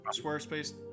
Squarespace